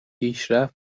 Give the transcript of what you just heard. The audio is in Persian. پیشرفت